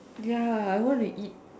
ya I want to eat